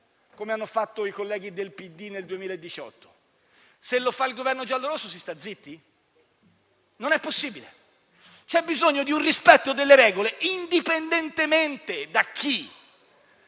come hanno fatto i colleghi del PD nel 2018. Se lo fa il Governo giallo-rosso si sta zitti? Non è possibile. C'è bisogno di un rispetto delle regole indipendentemente da chi